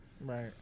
Right